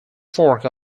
fork